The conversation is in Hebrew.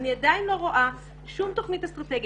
אני עדיין לא רואה שום תוכנית אסטרטגית.